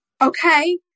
okay